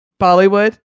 Bollywood